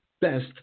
best